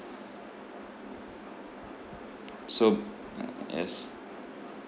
so uh yes